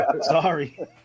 Sorry